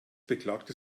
beklagte